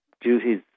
duties